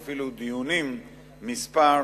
ואפילו דיונים מספר,